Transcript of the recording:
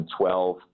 2012